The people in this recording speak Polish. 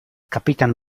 kapitan